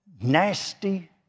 nasty